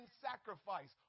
sacrifice